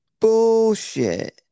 bullshit